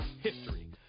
history